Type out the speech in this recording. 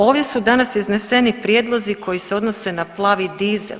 Ovdje su danas izneseni prijedlozi koji se odnose na plavi dizel.